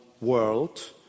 world